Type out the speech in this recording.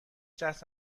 دست